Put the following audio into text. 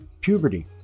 puberty